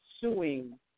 suing